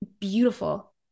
beautiful